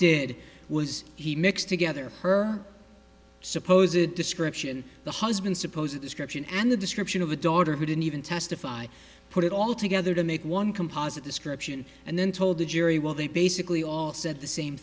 did was he mixed together her suppose a description the husband suppose a description and a description of a daughter who didn't even testify put it all together to make one composite description and then told the jury well they basically said the same